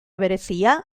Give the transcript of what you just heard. berezia